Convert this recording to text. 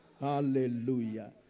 Hallelujah